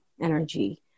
energy